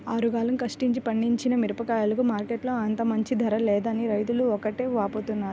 ఆరుగాలం కష్టపడి పండించిన మిరగాయలకు మార్కెట్టులో అంత మంచి ధర లేదని రైతులు ఒకటే వాపోతున్నారు